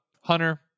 Hunter